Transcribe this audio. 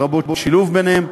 לרבות שילוב ביניהם,